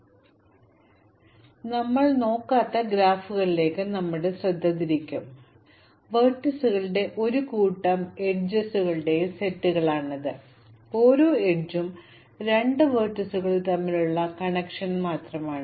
അതിനാൽ ഞങ്ങൾ നോക്കാത്ത ഗ്രാഫുകളിലേക്ക് നോക്കുന്നു അത് വെർട്ടീസുകളുടെയും ഒരു കൂട്ടം അരികുകളുടെയും സെറ്റുകളാണ് ഇവിടെ ഓരോ അരികുകളും രണ്ട് വെർട്ടീസുകൾ തമ്മിലുള്ള കണക്ഷൻ മാത്രമാണ്